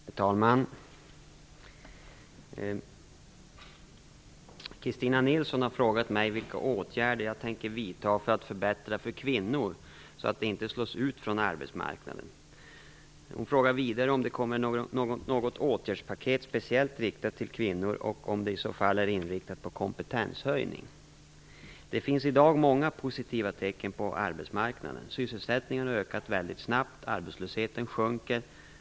Herr talman! Christin Nilsson har frågat mig vilka åtgärder jag tänker vidta för att förbättra för kvinnor, så att de inte slås ut från arbetsmarknaden. Hon frågar vidare om det kommer något åtgärdspaket speciellt riktat till kvinnor och om det i så fall är inriktat på kompetenshöjning. Det finns i dag många positiva tecken på arbetsmarknaden. Sysselsättningen har ökat väldigt snabbt. Arbetslösheten sjunker.